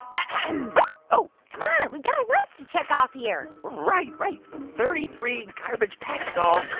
ahem oh come on. we've got a list to check off here right. right. thirty-three garbage patch doll